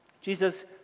Jesus